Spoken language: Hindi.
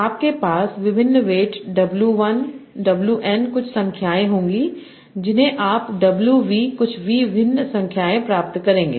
आपके पास विभिन्न वेट W 1 W n कुछ संख्याएँ होंगी जिन्हें आप W V कुछ V भिन्न संख्याएँ प्राप्त करेंगे